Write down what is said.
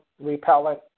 repellent